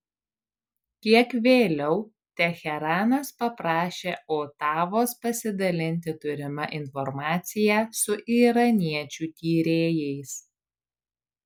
kiek vėliau teheranas paprašė otavos pasidalinti turima informacija su iraniečių tyrėjais